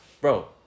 Bro